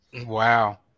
Wow